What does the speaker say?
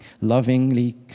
lovingly